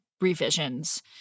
revisions